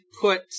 put